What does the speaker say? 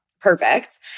Perfect